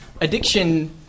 addiction